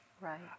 Right